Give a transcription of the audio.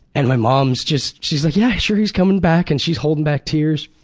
and my mom's just, she's like yeah, sure he's coming back and she's holding back tears.